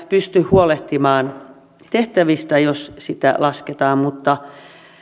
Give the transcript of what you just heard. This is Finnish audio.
pysty huolehtimaan tehtävistään jos sitä lasketaan mutta